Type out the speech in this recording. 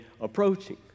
approaching